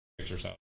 exercise